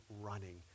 running